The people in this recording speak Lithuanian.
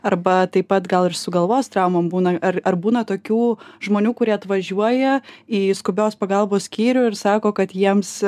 arba taip pat gal ir su galvos traumom būna ar ar būna tokių žmonių kurie atvažiuoja į skubios pagalbos skyrių ir sako kad jiems